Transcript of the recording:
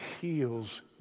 heals